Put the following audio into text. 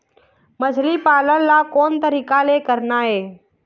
मछली पालन ला कोन तरीका ले करना ये?